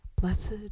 Blessed